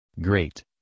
Great